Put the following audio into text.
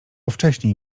wcześniej